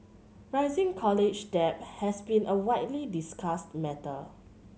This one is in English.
rising college debt has been a widely discussed matter